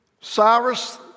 Cyrus